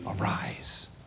Arise